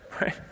right